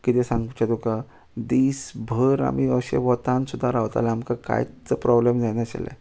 किदें सांगचें तुका दीस भर आमी अशे वतान सुद्दां रावताले आमकां कांयच प्रॉब्लम जाय नाशिल्ले